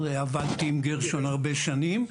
עבדתי עם גרשון הרבה שנים.